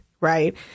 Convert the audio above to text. Right